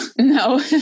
No